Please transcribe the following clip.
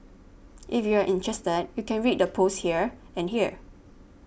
if you're interested you can read the posts here and here